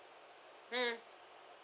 mm